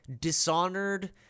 Dishonored